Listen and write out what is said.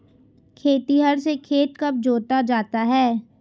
खेतिहर से खेत कब जोता जाता है?